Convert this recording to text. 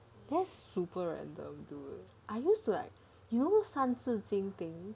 that's super random I used to like you know 三字经 thing